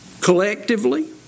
collectively